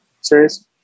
Serious